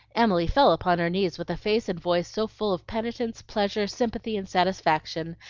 emily fell upon her knees with a face and voice so full of penitence, pleasure, sympathy, and satisfaction,